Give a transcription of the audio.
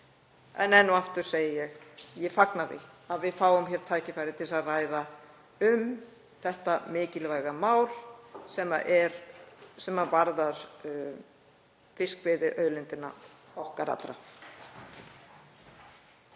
En enn og aftur segi ég: Ég fagna því að við fáum tækifæri til að ræða þetta mikilvæga mál sem varðar fiskveiðiauðlindina okkar allra.